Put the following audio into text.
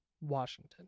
Washington